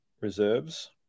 reserves